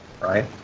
right